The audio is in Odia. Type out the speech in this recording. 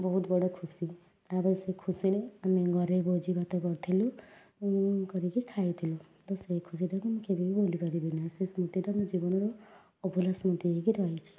ବହୁତ ବଡ଼ ଖୁସି ତା'ପରେ ସେ ଖୁସିରେ ଆମେ ଘରେ ଭୋଜିଭାତ କରିଥିଲୁ କରିକି ଖାଇଥିଲୁ ତ ସେହି ଖୁସିଟାକୁ ମୁଁ କେବେବି ଭୁଲିପାରିବିନି ସେ ସ୍ମୃତିଟା ମୋ ଜୀବନର ଅଭୁଲା ସ୍ମୃତି ହେଇକି ରହିଛି